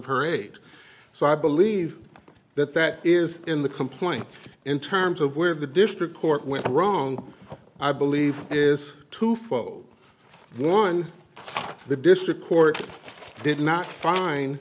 her rate so i believe that that is in the complaint in terms of where the district court went wrong i believe is twofold one the district court did not find